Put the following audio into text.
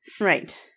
Right